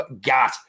got